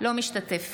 לא משתתף